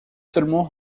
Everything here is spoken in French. seulement